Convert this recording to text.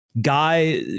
guy